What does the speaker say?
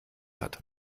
hat